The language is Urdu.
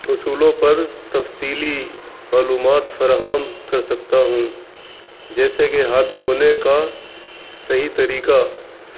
اصولوں پر تفصیلی معلومات فراہم کر سکتا ہوں جیسے کہ ہاتھ دھونے کا صحیح طریقہ